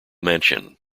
mansion